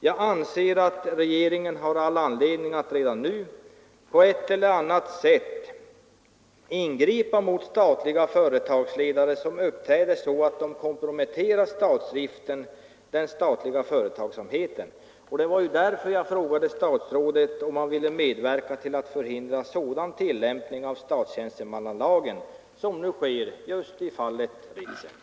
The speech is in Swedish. Jag anser att regeringen har all anledning att redan nu på ett eller annat sätt ingripa mot företagsledare som uppträder så att de komprometterar den statliga företagsamheten. Det var därför jag frågade statsrådet om han ville medverka till att förhindra sådan tillämpning av statstjänstemannalagen som nu är för handen i fallet Ritsem.